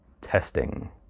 testing